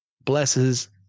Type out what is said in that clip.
blesses